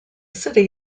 city